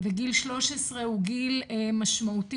וגיל 13 הוא גיל משמעותי,